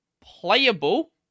playable